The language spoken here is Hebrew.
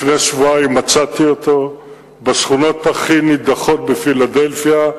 לפני שבועיים מצאתי אותו בשכונות הכי נידחות בפילדלפיה,